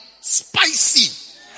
Spicy